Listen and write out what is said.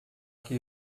que